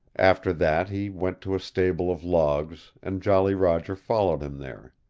after that he went to a stable of logs, and jolly roger followed him there.